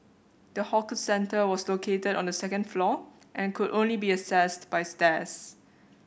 the hawker centre was located on the second floor and could only be accessed by stairs